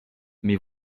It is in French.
mais